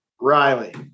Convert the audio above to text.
Riley